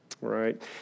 right